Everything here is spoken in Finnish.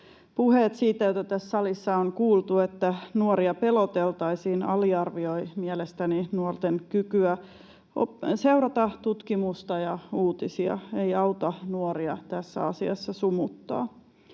Puheet siitä, joita tässä salissa on kuultu, että nuoria peloteltaisiin, aliarvioivat mielestäni nuorten kykyä seurata tutkimusta ja uutisia — ei auta nuoria tässä asiassa sumuttaa.